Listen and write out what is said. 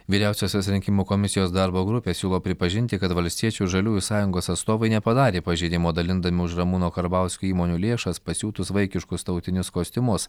vyriausiosios rinkimų komisijos darbo grupė siūlo pripažinti kad valstiečių žaliųjų sąjungos atstovai nepadarė pažeidimo dalindami už ramūno karbauskio įmonių lėšas pasiūtus vaikiškus tautinius kostiumus